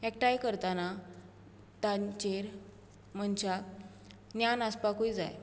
एकठांय करताना तांचेर मनशाक ज्ञान आसपाकूय जाय